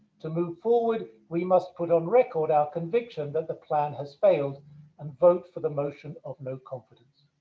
to move forward we must put on record our conviction that the plan has failed and vote for the motion of no confidence.